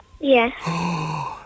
Yes